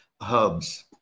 Hubs